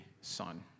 son